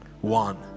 One